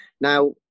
now